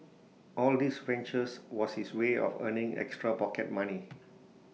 all these ventures was his way of earning extra pocket money